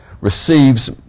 receives